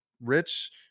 rich